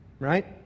right